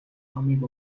номыг